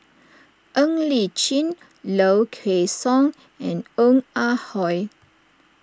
Ng Li Chin Low Kway Song and Ong Ah Hoi